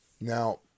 Now